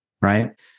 right